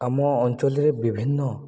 ଆମ ଅଞ୍ଚଲ୍ରେ ବିଭିନ୍ନ